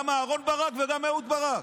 גם אהרן ברק וגם אהוד ברק,